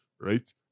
right